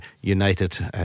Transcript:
United